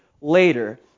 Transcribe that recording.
later